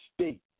state